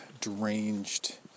deranged